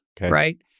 right